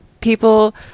people